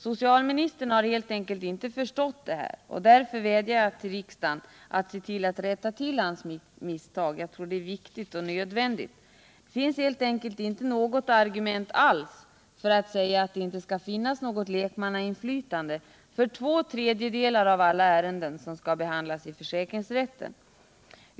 Socialministern har helt enkelt inte förstått det här, och därför vädjar jag nu till riksdagen att se till att rätta till hans misstag. Jag tror det är viktigt och nödvändigt. Det finns helt enkelt inte något argument alls för att säga att det inte skall finnas något lekmannainflytande för två tredjedelar av alla ärenden som skall behandlas i försäkringsrätten.